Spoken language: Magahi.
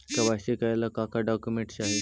के.वाई.सी करे ला का का डॉक्यूमेंट चाही?